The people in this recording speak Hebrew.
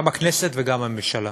גם הכנסת וגם הממשלה.